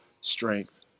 strength